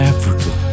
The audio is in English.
Africa